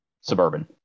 suburban